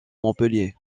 montpellier